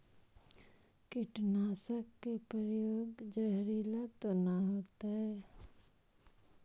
कीटनाशक के प्रयोग, जहरीला तो न होतैय?